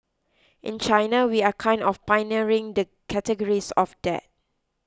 in China we are kind of pioneering the categories of that